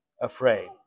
afraid